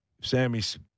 Sammy's